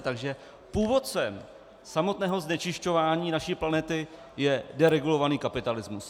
Takže původcem samotného znečišťování naší planety je deregulovaný kapitalismus.